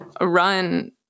run